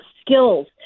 skills